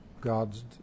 God's